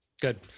good